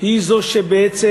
היא זו שבעצם